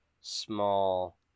small